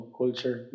culture